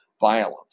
violence